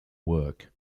work